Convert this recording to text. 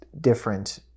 different